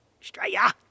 Australia